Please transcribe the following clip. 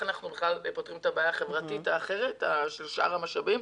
אנחנו פותרים את הבעיה החברתית האחרת של שאר המשאבים.